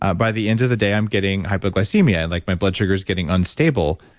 ah by the end of the day, i'm getting hypoglycemia and like my blood sugar is getting unstable.